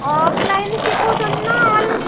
offline ଶିଖଉଛନ୍ତି ନା